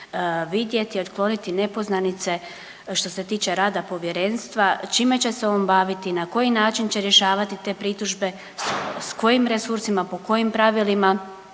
vidjeti, otkloniti nepoznanice što se tiče rada povjerenstva čime će se on baviti, na koji način će rješavati te pritužbe, s kojim resursima, po kojim pravilima